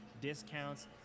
discounts